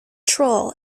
troll